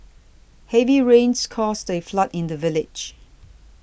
heavy rains caused a flood in the village